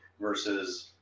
versus